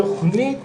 תוכנית